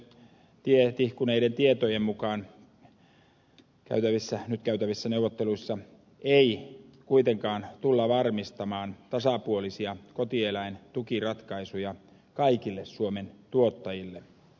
neuvotteluista tihkuneiden tietojen mukaan nyt käytävissä neuvotteluissa ei kuitenkaan tulla varmistamaan tasapuolisia kotieläintukiratkaisuja kaikille suomen tuottajille